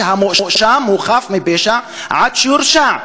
הכלל שהמואשם הוא חף מפשע עד שיורשע?